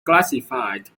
classified